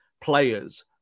players